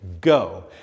go